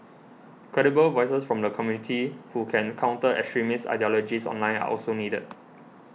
credible voices from the community who can counter extremist ideologies online are also needed